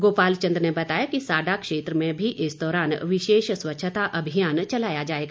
गोपाल चंद ने बताया कि साडा क्षेत्र में भी इस दौरान विशेष स्वच्छता अभियान चलाया जाएगा